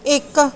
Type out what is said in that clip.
ਇੱਕ